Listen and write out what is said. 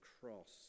cross